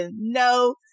no